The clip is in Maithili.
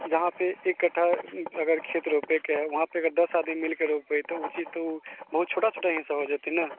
जहाँपर एक कठ्ठा खेत अगर रोपैके हए वहाँपर दस आदमी अगर मिल कऽ रोपै तऽ ओ चीज तऽ बहुत छोटा छोटा हिस्सा हो जेतै ने